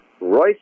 Royce